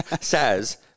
says